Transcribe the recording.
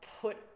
put